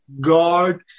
God